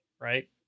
right